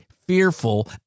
fearful